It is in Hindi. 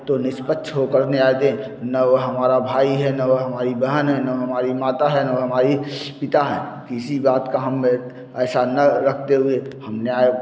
तो निष्पक्ष हो कर न्याय दें ना वह हमारा भाई है ना वह हमारी बहन है ना वह हमारी माता है ना वो हमारी पिता है किसी बात का हम एक ऐसा ना रखते हुए हम न्याय